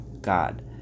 God